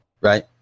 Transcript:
right